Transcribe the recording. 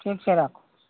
ठीक छै राखू